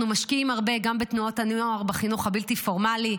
אנחנו משקיעים הרבה גם בתנועת הנוער ובחינוך הבלתי-פורמלי,